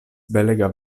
belega